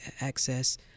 access